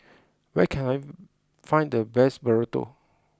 where can I find the best Burrito